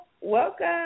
Welcome